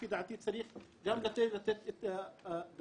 לפי דעתי צריך גם לתת את הדעת.